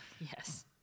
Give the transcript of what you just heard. Yes